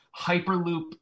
hyperloop